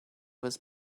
was